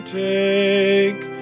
take